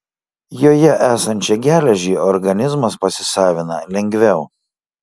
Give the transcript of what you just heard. joje esančią geležį organizmas pasisavina lengviau